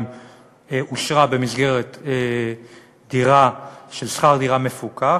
אושרה במסגרת דירה של שכר דירה מפוקח,